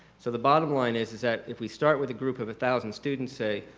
so the bottom-line is is that if we start with a group of a thousand student say,